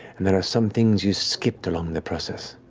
and there are some things you skipped along the process.